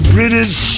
British